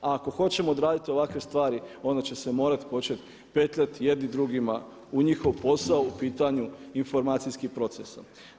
A ako hoćemo odraditi ovakve stvari onda će se morati početi petljati jedni drugima u njihov posao u pitanju informacijskih procesa.